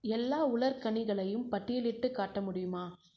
எல்லா உலர்கனிகளையும் பட்டியலிட்டுக் காட்ட முடியுமா